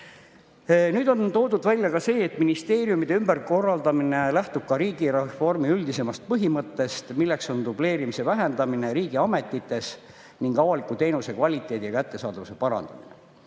Nüüd on toodud välja ka see, et ministeeriumide ümberkorraldamine lähtub riigireformi üldisemast põhimõttest, milleks on dubleerimise vähendamine riigiametites ning avaliku teenuse kvaliteedi ja kättesaadavuse parandamine.